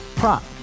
prop